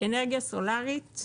מאנרגיה סולארית.